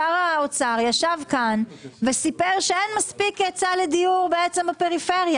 שר האוצר ישב כאן וסיפר שאין מספיק היצע לדיור בפריפריה.